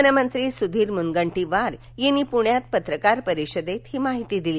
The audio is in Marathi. वनमंत्री सुधीर मुनगंटीवार यांनी काल पुण्यात पत्रकार परिषदेत ही माहिती दिली